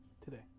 today